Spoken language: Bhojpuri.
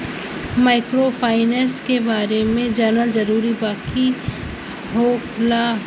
माइक्रोफाइनेस के बारे में जानल जरूरी बा की का होला ई?